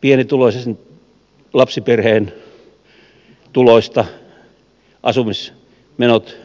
pienituloisen lapsiperheen tuloista asumismenot